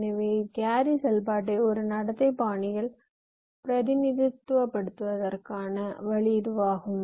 எனவே கேரி செயல்பாட்டை ஒரு நடத்தை பாணியில் பிரதிநிதித்துவப்படுத்துவதற்கான வழி இதுவாகும்